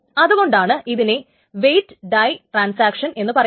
അതുകൊണ്ടാണ് ഇതിനെ wait die transaction എന്ന് പറയുന്നത്